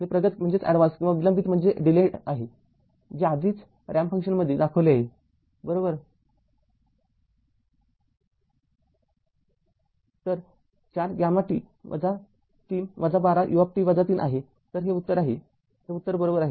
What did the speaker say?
हे प्रगत किंवा विलंबित आहे जे आधीच रॅम्प फंक्शनमध्ये दाखविले आहे बरोबर तर ४ γt ३ १२ ut ३ आहे तर हे उत्तर आहे हे उत्तर बरोबर आहे